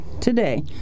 Today